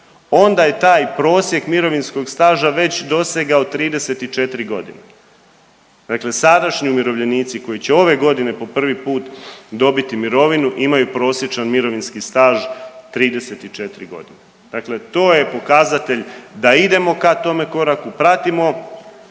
onda je taj prosjek mirovinskog staža već dosegao 34.g., dakle sadašnji umirovljenici koji će ove godine po prvi put dobiti mirovinu imaju prosječan mirovinski staž 34.g., dakle to je pokazatelj a idemo ka tome koraku, pratimo